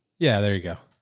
yeah, there you go.